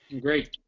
Great